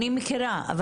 אני מכירה.